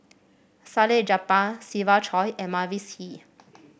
Salleh Japar Siva Choy and Mavis Hee